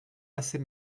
assez